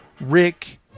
Rick